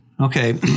Okay